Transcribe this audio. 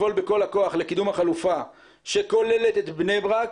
לפעול בכל הכוח לקידום החלופה שכוללת את בני ברק,